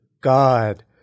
God